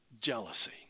Jealousy